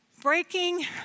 breaking